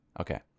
Okay